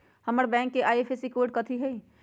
हमर बैंक के IFSC code कथि हई?